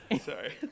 Sorry